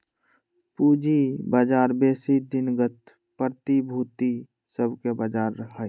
पूजी बजार बेशी दिनगत प्रतिभूति सभके बजार हइ